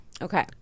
Okay